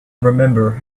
remember